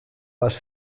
les